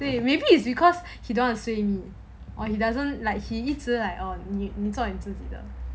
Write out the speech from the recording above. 对 maybe is because he don't want to say you or he doesn't like he need 一直 like oh 你做你自己的